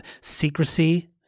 secrecy